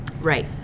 Right